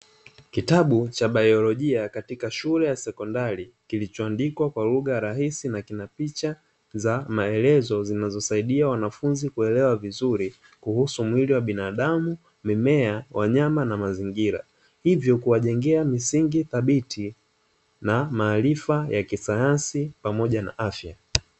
Kitabu cha baiolojia katika shule ya sekondari kilicho andikwa kwa lugha rahisi na kina picha za maelezo zinazo saidia wanafunzi kuelewa vizuri kuhusu mwili wa binadamu, mimea, wanyama na mazingira hivyo kuwajengea misingi thabiti na maarifa ya kisayansi pamoja na afya.